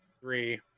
three